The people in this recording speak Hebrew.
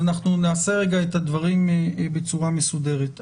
נעשה את הדברים בצורה מסודרת.